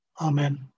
Amen